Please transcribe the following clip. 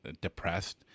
depressed